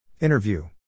Interview